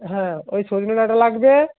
হ্যাঁ ওই সজনে ডাঁটা লাগবে